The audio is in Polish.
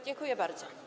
Dziękuję bardzo.